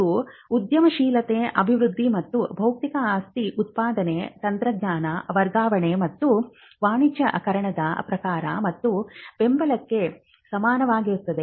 ಇದು ಉದ್ಯಮಶೀಲತೆ ಅಭಿವೃದ್ಧಿ ಮತ್ತು ಬೌದ್ಧಿಕ ಆಸ್ತಿ ಉತ್ಪಾದನೆ ತಂತ್ರಜ್ಞಾನ ವರ್ಗಾವಣೆ ಮತ್ತು ವಾಣಿಜ್ಯೀಕರಣದ ಪ್ರಚಾರ ಮತ್ತು ಬೆಂಬಲಕ್ಕೆ ಸಮನಾಗಿರುತ್ತದೆ